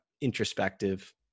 introspective